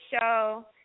show